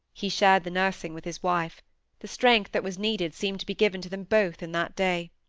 he shared the nursing with his wife the strength that was needed seemed to be given to them both in that day.